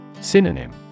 Synonym